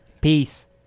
Peace